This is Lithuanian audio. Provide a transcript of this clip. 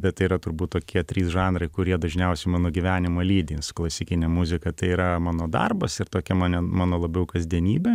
bet tai yra turbūt tokie trys žanrai kurie dažniausiai mano gyvenimą lydi su klasikine muzika tai yra mano darbas ir tokia mane mano labiau kasdienybė